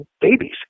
babies